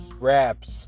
wraps